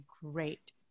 great